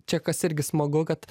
čia kas irgi smagu kad